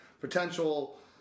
potential